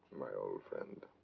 my old friend.